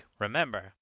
Remember